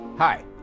Hi